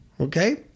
Okay